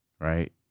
right